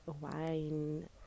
wine